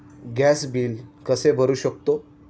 Gas bill कसे भरू शकतो?